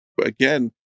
again